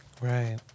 Right